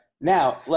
Now